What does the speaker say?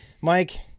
Mike